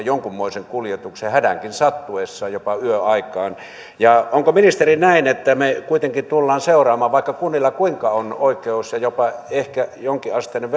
jonkunmoisen kuljetuksen ja hädänkin sattuessa jopa yöaikaan onko ministeri näin että me kuitenkin tulemme seuraamaan vaikka kunnilla kuinka on oikeus ja ehkä jopa jonkinasteinen